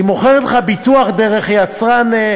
היא מוכרת לך ביטוח דרך היצרן,